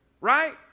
Right